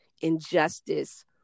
injustice